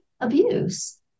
abuse